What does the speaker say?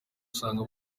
usanga